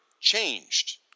Changed